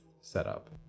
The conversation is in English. setup